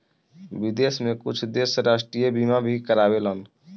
विदेश में कुछ देश राष्ट्रीय बीमा भी कारावेलन